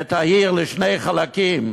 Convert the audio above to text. את העיר לשני חלקים.